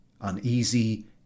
uneasy